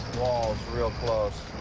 wall's real close.